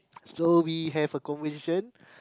so we have a conversation